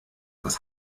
das